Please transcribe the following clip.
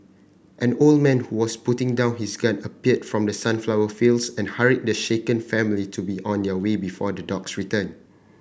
an old man who was putting down his gun appeared from the sunflower fields and hurried the shaken family to be on their way before the dogs return